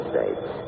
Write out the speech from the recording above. States